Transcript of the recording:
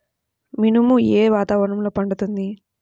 మినుము ఏ వాతావరణంలో పండుతుంది?